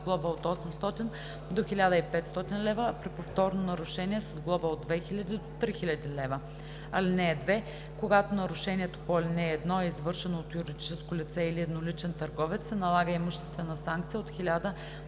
глоба от 800 до 1500 лв., а при повторно нарушение – с глоба от 2000 до 3000 лв. (2) Когато нарушението по ал. 1 е извършено от юридическо лице или едноличен търговец, се налага имуществена санкция от 1000 до